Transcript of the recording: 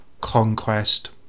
Conquest